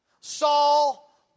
Saul